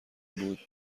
بود